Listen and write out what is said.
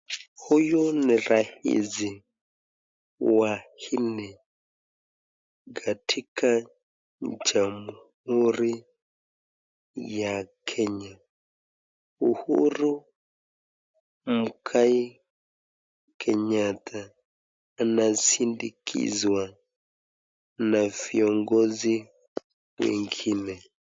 Huyu ni rais wa nne katika jamhuri ya Kenya Uhuru Mwigai Kenyatta anasindikishwa na viongozi wengine.